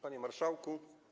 Panie Marszałku!